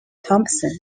thompson